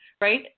right